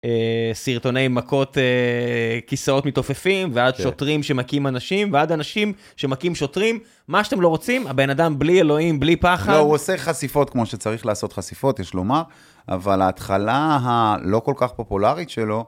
סרטוני מכות כיסאות מתעופפים ועד שוטרים שמכים אנשים ועד אנשים שמכים שוטרים, מה שאתם לא רוצים, הבן אדם בלי אלוהים, בלי פחד. לא, הוא עושה חשיפות כמו שצריך לעשות חשיפות, יש לומר, אבל ההתחלה הלא כל כך פופולרית שלו,